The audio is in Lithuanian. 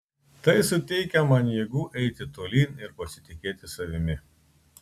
tai suteikia man jėgų eiti tolyn ir pasitikėti savimi